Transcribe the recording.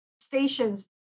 stations